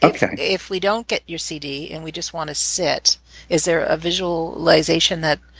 okay if we don't get your cd and we just want to sit is there a visualization that